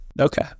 Okay